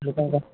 ଲୁକଙ୍କ